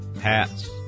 Hats